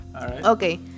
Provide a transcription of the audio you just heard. Okay